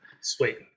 Sweet